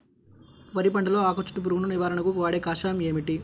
వరి పంటలో ఆకు చుట్టూ పురుగును నివారణకు వాడే కషాయం ఏమిటి?